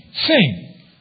Sing